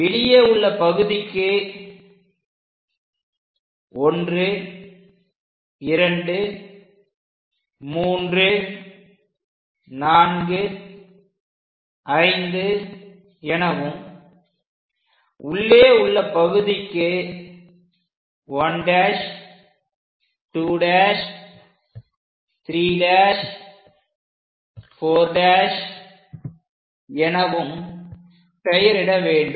வெளியே உள்ள பகுதிக்கு 1 2 3 4 5 எனவும் உள்ளே உள்ள பகுதிக்கு 1' 2' 3' 4' எனவும் பெயரிட வேண்டும்